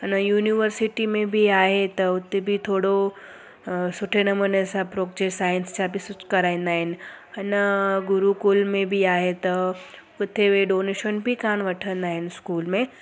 हिन यूनिवर्सिटी में बि आहे त उते बि थोरो अ सुठे नमूने सां प्रोपचे साइन सां बि स्विच कराईंदा आहिनि हिन गुरुकुल में बि आहे त हुते बि डोनेशन बि कानि वठंदा आहिनि स्कूल में